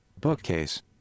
bookcase